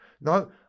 No